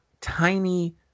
tiny